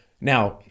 Now